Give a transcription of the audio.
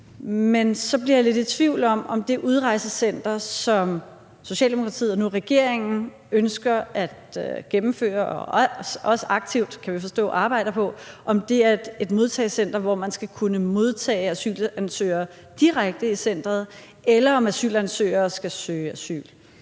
Men så bliver jeg lidt i tvivl om, om det modtagecenter, som Socialdemokratiet og nu regeringen ønsker at etablere og også aktivt, kan vi forstå, arbejder for, er et modtagecenter, hvor man skal kunne modtage asylansøgere direkte i centeret, eller om asylansøgere skal søge asyl